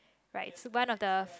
right one of the